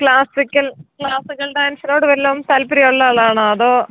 classical classical ഡാൻസിനോട് വല്ല താല്പര്യവുമുള്ളയാളാണോ അതോ